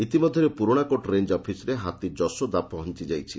ଇତିମଧ୍ଧରେ ପୁରୁଣା court range ଅଫିସରେ ହାତୀ ଯଶୋଦା ପହଞ୍ ଯାଇଛି